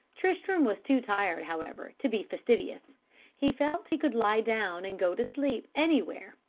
tristram was too tired, however, to be fastidious he felt he could lie down and go to sleep anywhere,